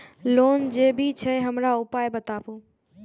Loan जे भी छे हमरा ऊपर बताबू?